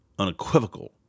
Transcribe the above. unequivocal